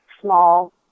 small